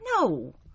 No